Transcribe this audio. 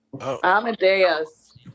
Amadeus